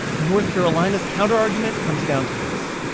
north carolina's counterargument comes down to this.